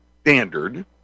standard